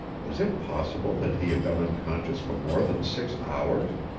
was it possible that he had been unconscious for more than six hours?